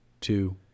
two